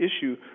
issue